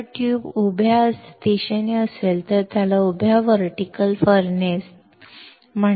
जर ट्यूब उभ्या दिशेने असेल तर उभ्या वर्टीकल फर्नेस